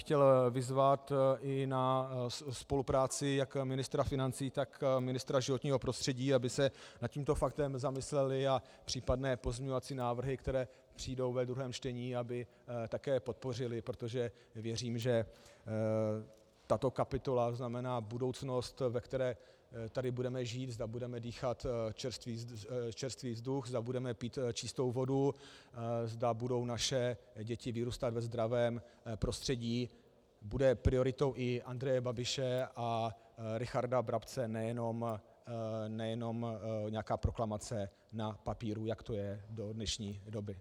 Chtěl bych vyzvat i ke spolupráci jak ministra financí, tak ministra životního prostředí, aby se nad tímto faktem zamysleli a případné pozměňovací návrhy, které přijdou ve druhém čtení, aby také podpořili, protože věřím, že tato kapitola znamená budoucnost, ve které tady budeme žít, zda budeme dýchat čerstvý vzduch, zda budeme pít čistou vodu, zda budou naše děti vyrůstat ve zdravém prostředí, bude prioritou i Andreje Babiše a Richarda Brabce, nejenom nějaká proklamace na papíru, jak to je do dnešní doby.